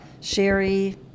Sherry